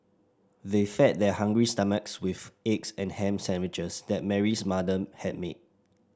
they fed their hungry stomachs with eggs and ham sandwiches that Mary's mother had made